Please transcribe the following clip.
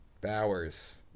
Bowers